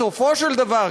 בסופו של דבר,